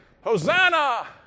Hosanna